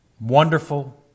wonderful